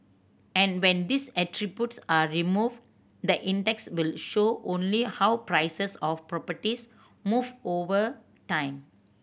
and when these are removed the index will show only how prices of properties move over time